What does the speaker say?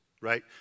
right